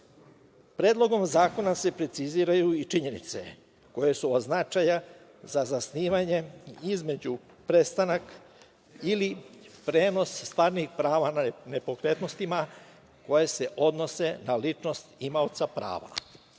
zakona se preciziraju i činjenice koje su od značaja za zasnivanje između prestanka ili prenos stvarnih prava na nepokretnostima koje se odnose na ličnost imaoca prava.